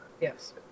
Yes